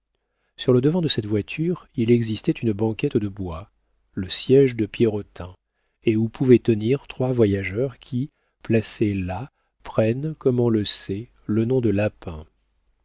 sur le devant de cette voiture il existait une banquette de bois le siége de pierrotin et où pouvaient tenir trois voyageurs qui placés là prennent comme on le sait le nom de lapins